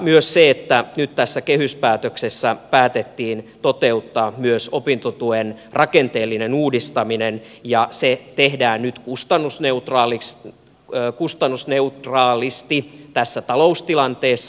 myös se että nyt tässä kehyspäätöksessä päätettiin toteuttaa opintotuen rakenteellinen uudistaminen ja se tehdään nyt kustannusneutraalisti tässä taloustilanteessa